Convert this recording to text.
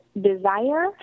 desire